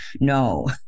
no